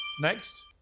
Next